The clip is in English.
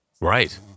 Right